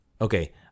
Okay